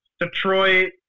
Detroit